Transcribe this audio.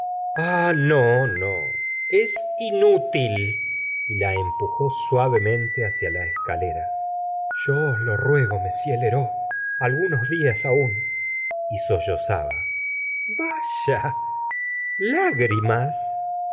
es inútil y la empujó suavemente hacia la escalera yo os lo ruego mr lheureux algunos dias aún y sollozaba